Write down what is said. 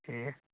ٹھیٖک